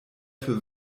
für